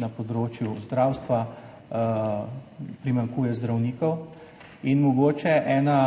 na področju zdravstva, primanjkuje zdravnikov. Mogoče ena